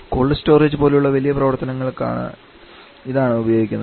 called storage പോലെയുള്ള വലിയ പ്രവർത്തനങ്ങൾക്ക് ഇതാണ് ഉപയോഗിക്കുന്നത്